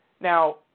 Now